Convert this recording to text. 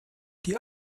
die